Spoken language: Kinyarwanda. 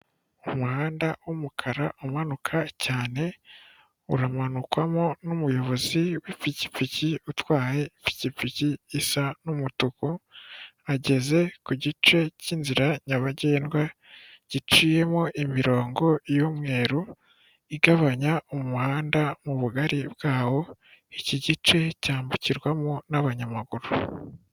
Umuhanda w'umukara umanuka cyane, uramanukwamo n'umuyobozi w'ipikipiki, utwaye ipikipiki isa n'umutuku, ageze ku gice k'inzira nyabagendwa giciyemo imirongo y'umweruru igabanya umuhanda mu bugari bwawo, iki gice cyambukirwamo n'abanyamaguru.